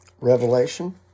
Revelation